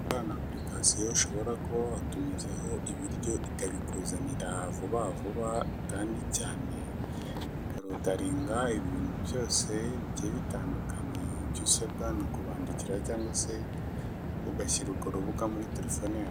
Iyi ni apurikasiyo ushobora kuba watumizaho ibiryo ikabikuzanira vuba vuba kandi cyane, harodaringa ibintu byose bigiye bitandukanye, ibyo usabwa ni ukubandikira cyangwa se ugashyira urwo rubuga muri telefone yawe.